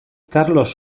karlos